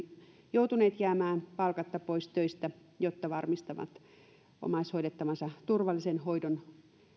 joutuneet jäämään palkatta pois töistä jotta varmistavat omaishoidettavansa turvallisen hoidon